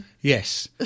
yes